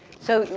so,